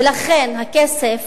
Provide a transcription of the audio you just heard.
ולכן הכסף